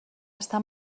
està